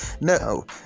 no